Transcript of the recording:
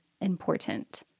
important